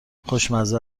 خوشمزه